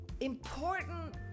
important